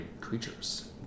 creatures